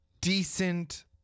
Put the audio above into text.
decent